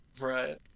right